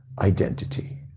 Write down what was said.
identity